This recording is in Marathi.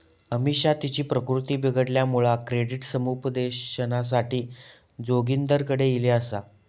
अमिषा तिची प्रकृती बिघडल्यामुळा क्रेडिट समुपदेशनासाठी जोगिंदरकडे ईली आसा